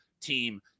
team